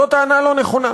זאת טענה לא נכונה.